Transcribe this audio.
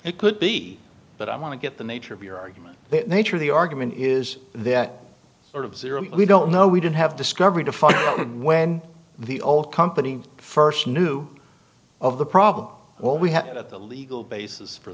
it could be but i want to get the nature of your argument that nature of the argument is that sort of zero we don't know we didn't have discovered a fire when the old company first knew of the problem well we had at the legal basis for